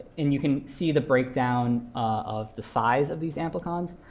and you can see the breakdown of the size of these amplicons.